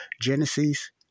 Genesis